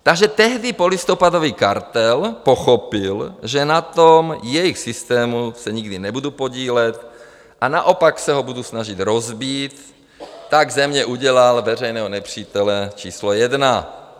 Tehdy polistopadový kartel pochopil, že na jejich systému se nikdy nebudu podílet a naopak se ho budu snažit rozbít, tak ze mě udělal veřejného nepřítele číslo jedna.